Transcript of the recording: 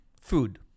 Food